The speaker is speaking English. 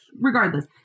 regardless